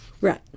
Right